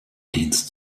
dienst